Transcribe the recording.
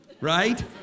right